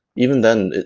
even then,